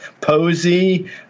Posey